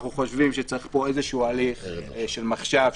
אנחנו חושבים שצריך פה איזשהו הליך של מחשבה,